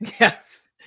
Yes